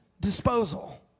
disposal